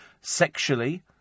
sexually